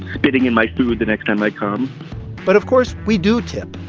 spitting in my food the next time i come but, of course, we do tip,